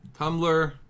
Tumblr